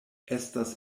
estas